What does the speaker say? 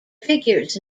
figures